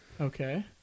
Okay